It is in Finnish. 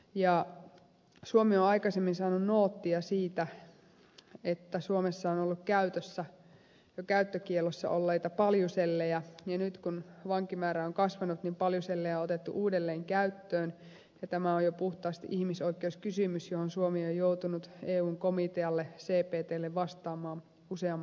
suomi on aikaisemmin saanut nootteja siitä että suomessa on ollut käytössä jo käyttökiellossa olleita paljusellejä ja nyt kun vankimäärä on kasvanut niin paljusellejä on otettu uudelleen käyttöön ja tämä on jo puhtaasti ihmisoikeuskysymys johon suomi on joutunut eun komitealle cptlle vastaamaan useamman kerran